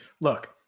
Look